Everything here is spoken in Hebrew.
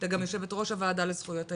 גם יושבת ראש הוועדה לזכויות הילד.